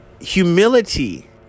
humility